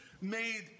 made